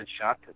shot